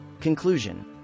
Conclusion